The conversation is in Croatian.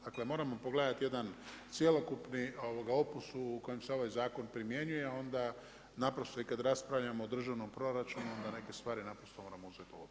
Dakle moramo pogledati jedan cjelokupni okus u kojem se ovaj zakon primjenjuje i onda naprosto kada raspravljamo o državnom proračunu, onda neke stvari naprosto moramo uzeti u obzir.